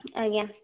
ଆଜ୍ଞା